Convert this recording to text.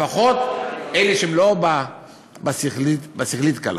לפחות אלה שהם לא בשכלית קלה.